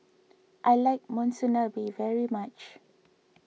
I like Monsunabe very much